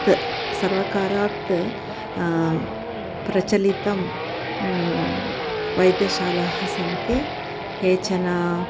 ते सर्वकारेण प्रचलिताः वैद्यशालाः सन्ति केचन